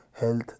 health